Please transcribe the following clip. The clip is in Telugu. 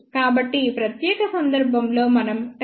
కాబట్టి ఈ ప్రత్యేక సందర్భంలో మనం 10